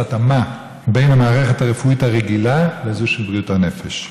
התאמה בין המערכת הרפואית הרגילה לזו של בריאות הנפש.